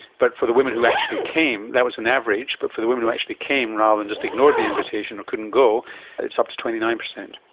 but for the women who actually came there was an average, but for the women who actually came rather than just ignored the invitation or couldn't go it's up to twenty nine percent.